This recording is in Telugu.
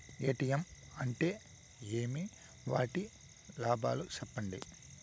ఎ.టి.ఎం అంటే ఏమి? వాటి లాభాలు సెప్పండి